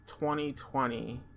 2020